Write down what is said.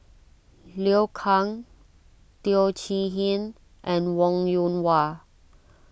Liu Kang Teo Chee Hean and Wong Yoon Wah